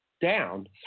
down